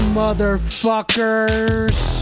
motherfuckers